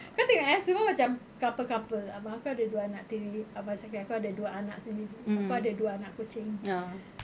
kau tengok eh semua macam couple couple abang aku ada dua anak tiri abang second aku ada dua anak sendiri aku ada dua anak kucing